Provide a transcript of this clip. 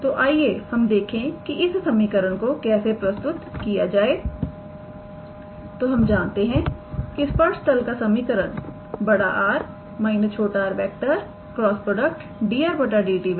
तो आइए हम देखें कि इस समीकरण को कैसे प्रस्तुत किया जाए तो हम जानते हैंस्पर्श तल का समीकरण 𝑅⃗ − 𝑟⃗ × 𝑑 𝑟⃗ 𝑑𝑡 ⃗0 द्वारा दिया जाता है